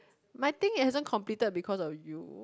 my thing haven't completed because of you